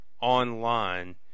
online